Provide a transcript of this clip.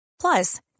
Plus